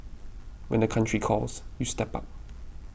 when the country calls you step up